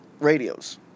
radios